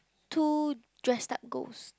two dressed up ghost